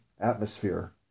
atmosphere